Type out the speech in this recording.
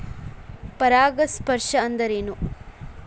ಪರಾಗಸ್ಪರ್ಶ ಅಂದರೇನು?